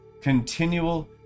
continual